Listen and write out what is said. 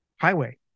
highway